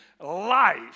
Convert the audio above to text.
life